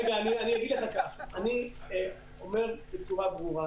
רגע, אני אגיד כך: אני אומר בצורה ברורה